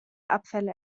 abfälle